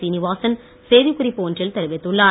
சீனிவாசன் செய்திகுறிப்பு ஒன்றில் தெரிவித்துள்ளார்